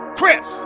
Chris